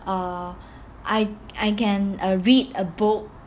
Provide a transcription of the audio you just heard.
uh I I can uh read a book